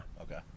Okay